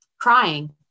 crying